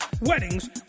weddings